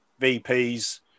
VPs